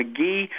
McGee